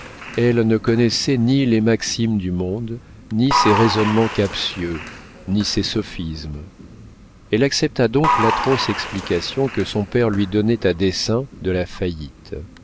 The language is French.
elle ne connaissait ni les maximes du monde ni ses raisonnements captieux ni ses sophismes elle accepta donc l'atroce explication que son père lui donnait à dessein de la faillite